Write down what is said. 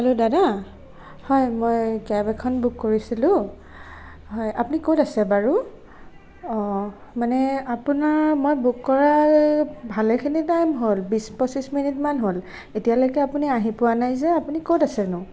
hello দাদা হয় মই কেব এখন বুক কৰিছিলোঁ হয় আপুনি ক'ত আছে বাৰু মানে আপোনাৰ মই বুক কৰা ভালেখিনি টাইম হ'ল বিশ পঁচিছ মিনিটমান হ'ল এতিয়ালৈকে আপুনি আহি পোৱা নাই যে আপুনি ক'ত আছেনো